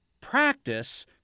practice